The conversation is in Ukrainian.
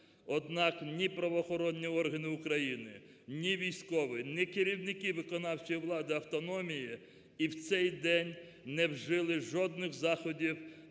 Однак ні правоохоронні органи України, ні військові, ні керівники виконавчої влади автономії і в цей день не вжили жодних заходів